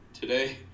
today